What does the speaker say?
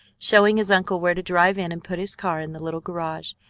showing his uncle where to drive in and put his car in the little garage,